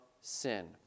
sin